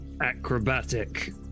acrobatic